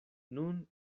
nun